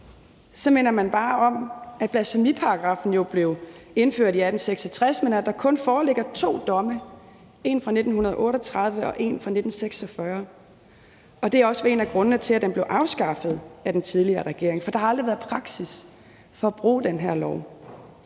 minder man bare om, at blasfemiparagraffen jo blev indført i 1866, men at der kun foreligger to domme, en fra 1938 og en fra 1946, og at det også var en af grundene til, at den blev afskaffet af den tidligere regering. For der har aldrig været praksis for at bruge den lov.